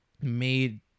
made